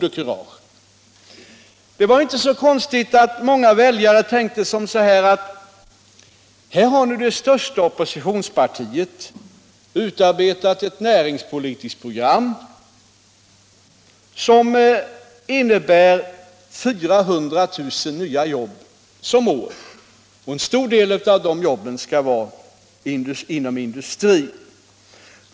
Det var ju inte så konstigt att många väljare tänkte att här har det största oppositionspartiet utarbetat ett näringspolitiskt program som innebär 400 000 nya jobb som mål, och en stor del av de jobben skall vara inom industrin.